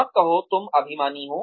मत कहो तुम अभिमानी हो